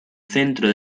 centro